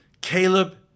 Caleb